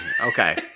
Okay